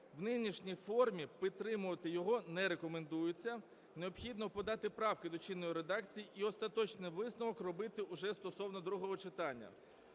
В нинішній формі підтримувати його не рекомендується. Необхідно подати правки до чинної редакції і остаточний висновок робити вже стосовно другого читання.